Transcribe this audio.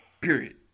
Period